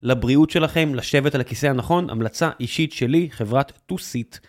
לבריאות שלכם, לשבת על הכיסא הנכון, המלצה אישית שלי חברת 2SIT.